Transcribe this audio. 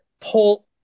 pull